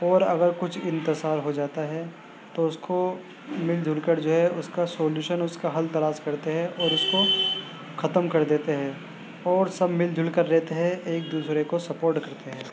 اور اگر کچھ انتشار ہو جاتا ہے تو اس کو مل جل کر جو ہے اس کا سولوشن اس کا حل تلاش کرتے ہے اور اس کو ختم کر دیتے ہیں اور سب مل جل کر رہتے ہے ایک دوسرے کو سپورٹ کرتے ہے